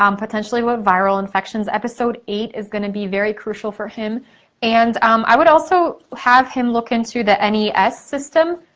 um potentially what viral infections. episode eight is gonna be very crucial for him and i would also have him look into the n e s system,